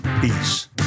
peace